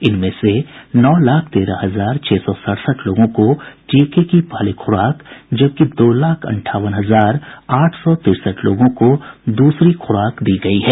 इसमें नौ लाख तेरह हजार छह सौ सड़सठ लोगों को टीके की पहली खुराक जबकि दो लाख अंठावन हजार आठ सौ तिरसठ लोगों को दूसरी खुराक दी गयी है